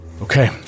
Okay